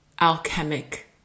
alchemic